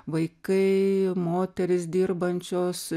vaikai moterys dirbančios